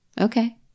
Okay